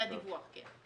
על הדיווח, כן.